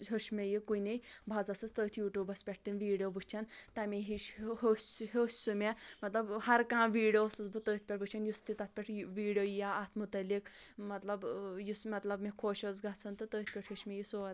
ہیوٚچھ مےٚ یہِ کُنے بہٕ حظ ٲسٕس تٔتھۍ یوٗٹوٗبس پؠٹھ تِم ویٖڈیو وٕچھان تَمے ہیٚوچھ سُہ ہیوٚچھ سُہ مےٚ مطلب ہر کانٛہہ ویٖڈیو ٲسٕس بہٕ تٔتھۍ پؠٹھ وٕچھان یُس تہِ تَتھ پؠٹھ ویٖڈیو یی یا اَتھ مُتعلِق مطلب یُس مطلب مےٚ خۄش اوس گژھان تہٕ تٔتھۍ پؠٹھ ہیوٚچھ مےٚ یہِ سورُے